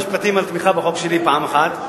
הממשלה ושר המשפטים על תמיכה בחוק שלי פעם אחת.